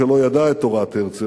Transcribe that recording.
שלא ידע את תורת הרצל,